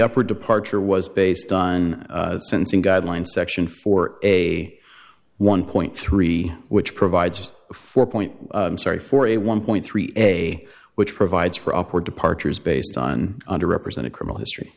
upper departure was based on syncing guidelines section for a one point three which provides four point sorry for a one point three a which provides for upward departures based on under represented criminal history